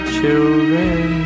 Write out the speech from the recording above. children